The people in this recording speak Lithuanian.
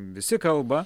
visi kalba